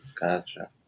Gotcha